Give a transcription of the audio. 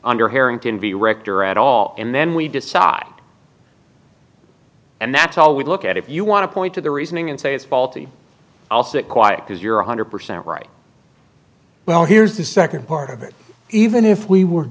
under harrington director at all and then we decide and that's all we look at if you want to point to the reasoning and say it's faulty i'll sit quiet because you're one hundred percent right well here's the second part of it even if we were